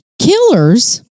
killers